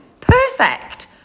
perfect